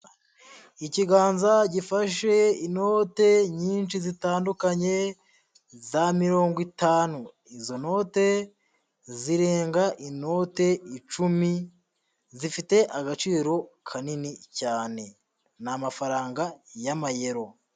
Ikiganza gifashe inote nyinshi zitandukanye za mirongo itanu, izo note zirenga inote icumi, zifite agaciro kanini cyane, ni amafaranga y'amayero.